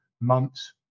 months